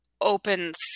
opens